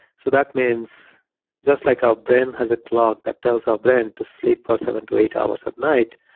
so that means just like our brain has a clock that tells our brain to sleep for seven to eight hours at night,